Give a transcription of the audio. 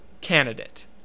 candidate